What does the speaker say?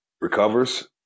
recovers